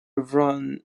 run